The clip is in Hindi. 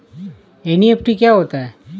एन.ई.एफ.टी क्या होता है?